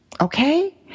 okay